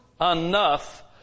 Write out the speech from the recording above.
enough